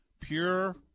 Pure